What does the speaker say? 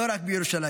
לא רק בירושלים.